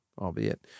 albeit